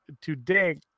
today